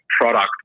product